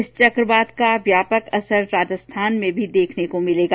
इस चक्रवात का व्यापक असर राजस्थान में भी देखने को मिलेगा